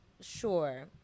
sure